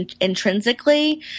intrinsically